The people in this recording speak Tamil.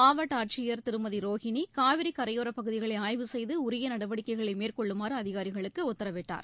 மாவட்ட ஆட்சியர் திருமதி ரோகினி காவிரி கரையோரப் பகுதிகளை ஆய்வு செய்து உரிய நடவடிக்கைகளை மேற்கொள்ளுமாறு அதிகாரிகளுக்கு உத்தரவிட்டார்